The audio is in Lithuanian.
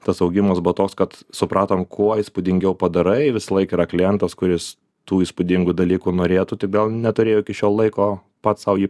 tas augimas buvo toks kad supratom kuo įspūdingiau padarai visąlaik yra klientas kuris tų įspūdingų dalykų norėtų tik gal neturėjo iki šiol laiko pats sau jį